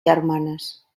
germanes